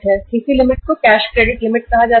CC limit को cash credit limit कहा जाता है